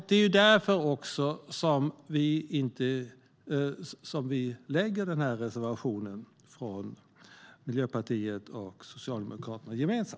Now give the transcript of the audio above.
Det är också därför som vi har den här gemensamma reservationen från Miljöpartiet och Socialdemokraterna.